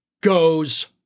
goes